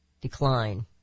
decline